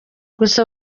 gusa